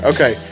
Okay